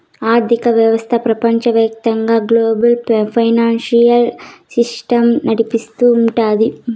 ఆర్థిక వ్యవస్థ ప్రపంచవ్యాప్తంగా గ్లోబల్ ఫైనాన్సియల్ సిస్టమ్ నడిపిస్తూ ఉంటది